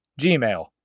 gmail